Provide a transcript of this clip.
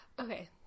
Okay